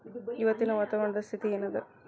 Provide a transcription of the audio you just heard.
ಇವತ್ತಿನ ವಾತಾವರಣ ಸ್ಥಿತಿ ಏನ್ ಅದ?